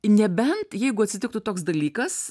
nebent jeigu atsitiktų toks dalykas